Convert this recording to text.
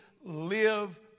live